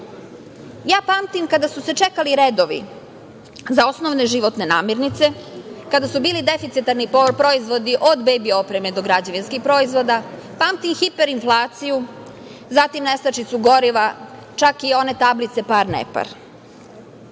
pamtim kada su se čekali redovi za osnovne životne namirnice, kada su bili deficitarni proizvodi od bebi opreme, do građevinskih proizvoda. Pamtim hiper inflaciju, zatim nestašicu goriva, čak i one tablice par –